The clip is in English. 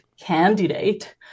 candidate